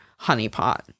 honeypot